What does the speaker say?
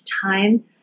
time